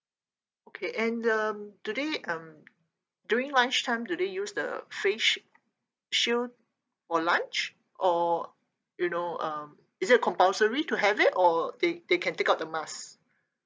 okay and um do they um during lunch time do they use the face shield for lunch or you know um is it a compulsory to have it or they they can take out the mask